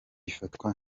ifatwa